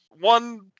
one